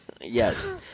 Yes